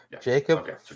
Jacob